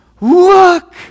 Look